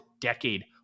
decade